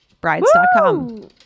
brides.com